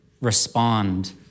respond